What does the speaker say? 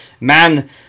man